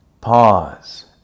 Pause